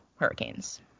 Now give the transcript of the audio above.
Hurricanes